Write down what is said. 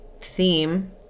theme